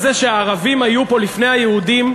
שהערבים היו פה לפני היהודים,